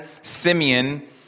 Simeon